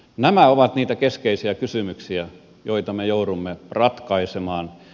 nämä ovat niitä keskeisiä kysymyksiä joita me joudumme ratkaisemaan